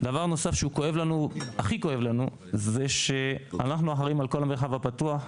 דבר נוסף שהכי כואב לנו זה שאנחנו אחראים על כל המרחב הפתוח.